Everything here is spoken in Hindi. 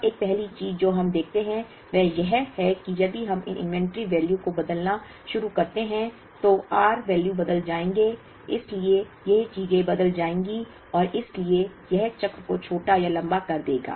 अब एक पहली चीज जो हम देखते हैं वह यह है कि यदि हम इन इन्वेंट्री वैल्यू को बदलना शुरू करते हैं तो r वैल्यू बदल जाएंगे इसलिए ये चीजें बदल जाएंगी और इसलिए यह चक्र को छोटा या लंबा कर देगा